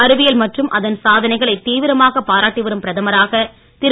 அறிவியல் மற்றும் அதன் சாதனைகளை தீவிரமாகப் பாராட்டி வரும் பிரதமராக திரு